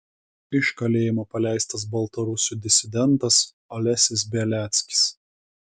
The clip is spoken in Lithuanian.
iš kalėjimo paleistas baltarusių disidentas alesis beliackis